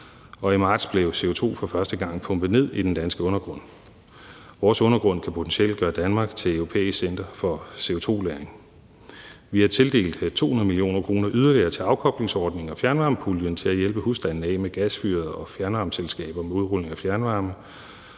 Og i marts blev CO2 for første gang pumpet ned i den danske undergrund. Vores undergrund kan potentielt gøre Danmark til europæisk center for CO2-lagring. Vi har tildelt 200 mio. kr. yderligere til afkoblingsordninger og fjernvarmepuljen til at hjælpe husstandene af med gasfyret og fjernvarmeselskaberne med udrulning af fjernvarme.